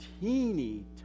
teeny